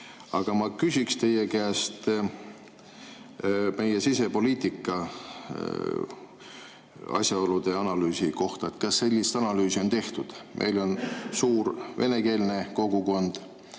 Aga ma küsin teie käest meie sisepoliitika asjaolude analüüsi kohta: kas sellist analüüsi on tehtud? Meil on suur venekeelne kogukond,